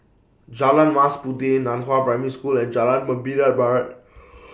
Jalan Mas Puteh NAN Hua Primary School and Jalan Membina Barat